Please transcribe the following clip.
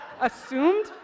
assumed